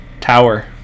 tower